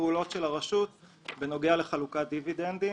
הפעולות של הרשות בנוגע לחלוקת דיבידנדים,